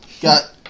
got